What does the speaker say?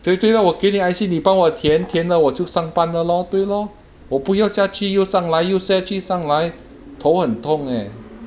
对对 lor 我给你 I_C 你帮我填填了我就上班了 lor 对 lor 我不要下去又上来又下去上来头很痛 leh